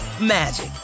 magic